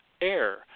AIR